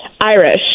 Irish